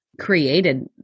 created